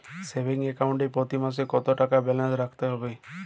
Savings account এ প্রতি মাসে কতো টাকা ব্যালান্স রাখতে হবে?